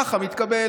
ככה זה מתקבל.